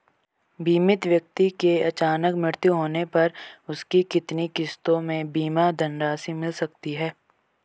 बीमित व्यक्ति के अचानक मृत्यु होने पर उसकी कितनी किश्तों में बीमा धनराशि मिल सकती है?